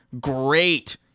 great